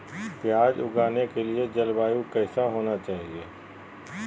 प्याज उगाने के लिए जलवायु कैसा होना चाहिए?